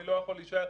מי לא יכול להישאר,